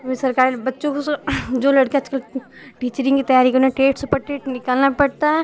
वो सरकारी बच्चों को सो जो लड़कियाँ आजकल टिचरिंग कि तैयारी करना टेट सुपर टेट निकालना पड़ता है